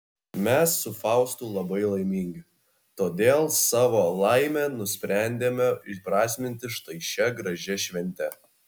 mes su faustu labai laimingi todėl savo laimę nusprendėme įprasminti štai šia gražia švente